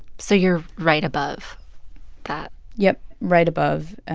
so you're right above that yep, right above.